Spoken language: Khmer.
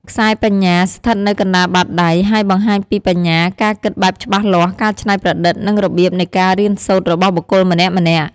ខ្សែបញ្ញា ស្ថិតនៅកណ្តាលបាតដៃ ហើយបង្ហាញពីបញ្ញា ការគិតបែបច្បាស់លាស់ ការច្នៃប្រឌិត និងរបៀបនៃការរៀនសូត្ររបស់បុគ្គលម្នាក់ៗ។